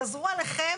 גזרו עליכם,